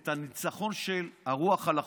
את הניצחון של הרוח על החומר.